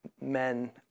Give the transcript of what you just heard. men